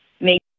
make